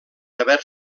haver